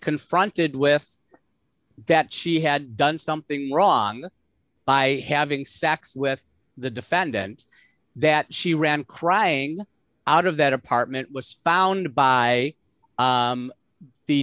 confronted with that she had done something wrong by having sex with the defendant that she ran crying out of that apartment was found by